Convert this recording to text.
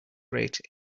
rate